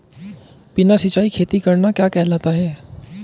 बिना सिंचाई खेती करना क्या कहलाता है?